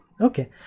okay